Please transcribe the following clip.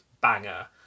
banger